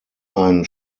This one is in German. ein